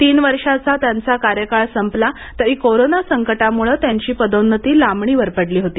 तीन वर्षाचा त्यांचा कार्यकाळ संपला तरी कोरोना संकटामुळे त्यांची पदोन्नती लांबणीवर पडली होती